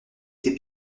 était